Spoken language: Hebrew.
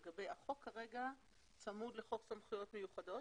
החוק כרגע צמוד לחוק סמכויות מיוחדות